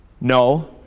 No